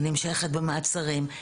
היא נמשכת במעצרים,